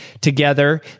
together